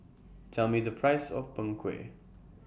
Tell Me The Price of Png Kueh